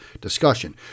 discussion